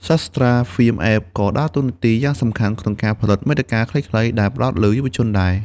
Sastra Film App ក៏បានដើរតួនាទីយ៉ាងសំខាន់ក្នុងការផលិតមាតិកាខ្លីៗដែលផ្តោតលើយុវជនដែរ។